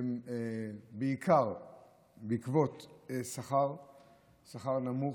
הם בעיקר בעקבות שכר נמוך,